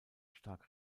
stark